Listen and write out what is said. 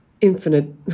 infinite